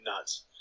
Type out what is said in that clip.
nuts